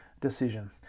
decision